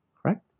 Correct